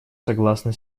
согласна